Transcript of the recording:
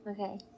Okay